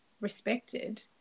respected